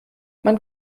man